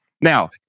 Now